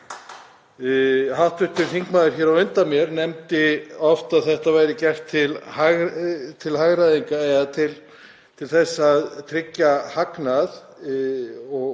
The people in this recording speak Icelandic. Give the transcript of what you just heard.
Hv. þingmaður hér á undan mér nefndi oft að þetta væri gert til hagræðingar eða til að tryggja hagnað